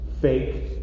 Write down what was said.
fake